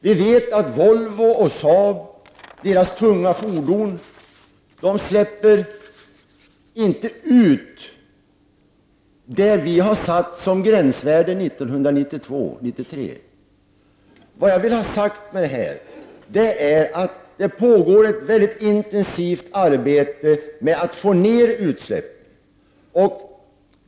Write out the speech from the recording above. Vi vet att Volvos och SAABs tunga fordon släpper ut mindre än det vi satt som gränsvärde för 1992/93. Vad jag vill ha sagt är att det pågår ett intensivt arbete med att få ned utsläppen.